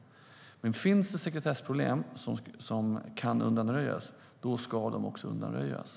Om det finns sekretessproblem som kan undanröjas ska de också undanröjas.